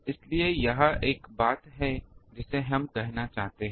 इसलिए यह एक बात है जिसे हम कहना चाहते हैं